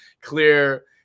clear